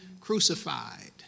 crucified